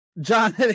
John